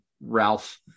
Ralph